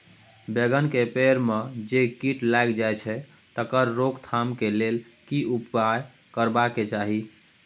बैंगन के पेड़ म जे कीट लग जाय छै तकर रोक थाम के लेल की उपाय करबा के चाही?